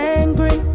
angry